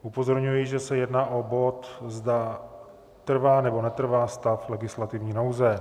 Upozorňuji, že se jedná o bod, zda trvá, nebo netrvá stav legislativní nouze.